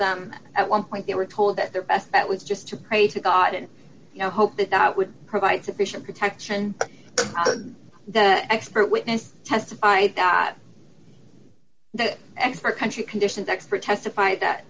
them at one point they were told that their best bet was just to pray to god and you know hope that i would provide sufficient protection that expert witness testified that the expert country conditions expert testified that